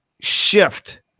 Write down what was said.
shift